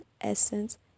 essence